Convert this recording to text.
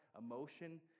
emotion